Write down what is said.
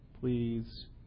please